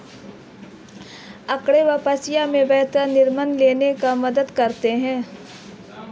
आँकड़े व्यवसाय में बेहतर निर्णय लेने में मदद करते हैं